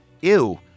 Ew